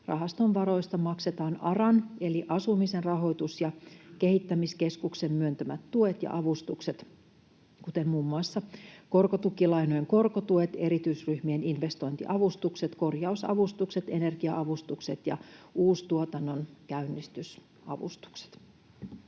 Rahaston varoista maksetaan ARAn eli Asumisen rahoitus- ja kehittämiskeskuksen myöntämät tuet ja avustukset, kuten muun muassa korkotukilainojen korkotuet, erityisryhmien investointiavustukset, korjausavustukset, energia-avustukset ja uustuotannon käynnistysavustukset.